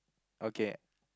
okay